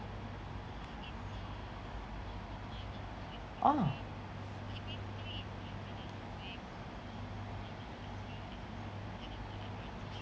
ah